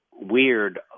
weird